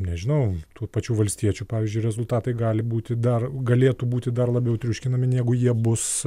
nežinau tų pačių valstiečių pavyzdžiui rezultatai gali būti dar galėtų būti dar labiau triuškinami negu jie bus